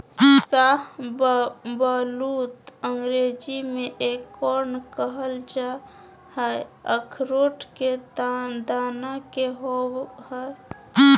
शाहबलूत अंग्रेजी में एकोर्न कहल जा हई, अखरोट के दाना के होव हई